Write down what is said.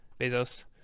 bezos